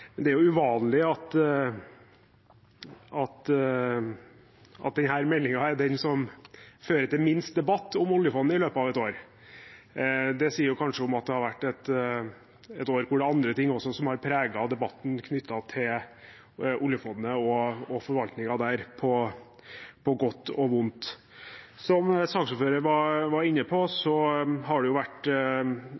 Det er jo uvanlig at denne meldingen er den som fører til minst debatt om oljefondet i løpet av et år. Det sier kanskje noe om at det har vært et år hvor det er andre ting også som har preget debatten knyttet til oljefondet og forvaltningen der, på godt og vondt. Som saksordføreren var inne på,